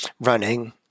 running